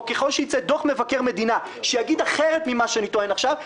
או ככל שיצא דוח מבקר מדינה שיגיד אחרת ממה שאני טוען עכשיו,